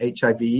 HIV